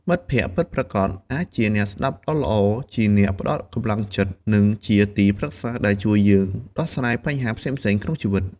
មិត្តភក្តិពិតប្រាកដអាចជាអ្នកស្ដាប់ដ៏ល្អ ជាអ្នកផ្ដល់កម្លាំងចិត្ត និងជាទីប្រឹក្សាដែលជួយយើងដោះស្រាយបញ្ហាផ្សេងៗក្នុងជីវិត។